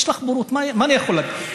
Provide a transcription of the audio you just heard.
יש לך בורות, מה אני יכול להגיד.